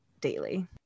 daily